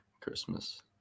christmas